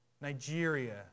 Nigeria